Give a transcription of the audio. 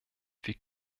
wie